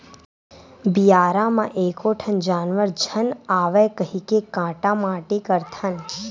बियारा म एको ठन जानवर झन आवय कहिके काटा माटी करथन